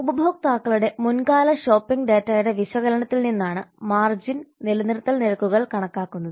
ഉപഭോക്താക്കളുടെ മുൻകാല ഷോപ്പിംഗ് ഡാറ്റയുടെ വിശകലനത്തിൽ നിന്നാണ് മാർജിൻ നിലനിർത്തൽ നിരക്കുകൾ കണക്കാക്കുന്നത്